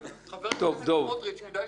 חבר הכנסת סמוטריץ, כדאי שתעשה שיעורי בית.